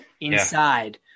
inside